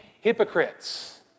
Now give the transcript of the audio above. hypocrites